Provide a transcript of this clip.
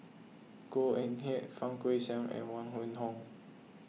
Goh Eck Kheng Fang Guixiang and Huang Wenhong